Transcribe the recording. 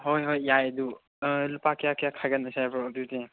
ꯍꯣꯏ ꯍꯣꯏ ꯌꯥꯏ ꯑꯗꯨ ꯂꯨꯄꯥ ꯀꯌꯥ ꯀꯌꯥ ꯈꯥꯏꯒꯠꯅꯁꯦ ꯍꯥꯏꯕ꯭ꯔꯣ ꯑꯗꯨꯗꯤ